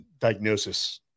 Diagnosis